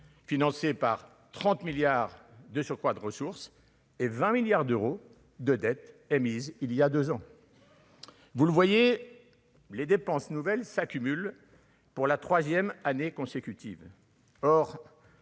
financés par 30 milliards de surcroît de ressources et 20 milliards d'euros de dettes émises il y a 2 ans. Vous le voyez, les dépenses nouvelles s'accumulent pour la 3ème année consécutive,